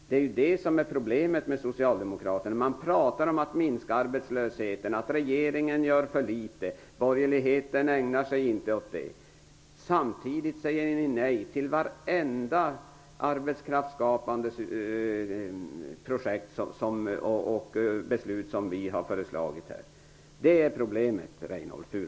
Det är det som är problemet med Ni talar om att minska arbetslösheten, säger att regeringen gör för litet och att borgerligheten inte ägnar sig åt detta. Samtidigt säger ni nej till vartenda arbetskraftsskapande projekt och beslut som vi har föreslagit. Det är problemet, Reynoldh